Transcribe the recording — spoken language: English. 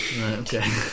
okay